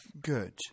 Good